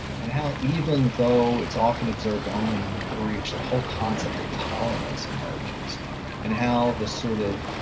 and how even though it's often observed only in the breach, the whole concept of tolerance emerges and how the sort of,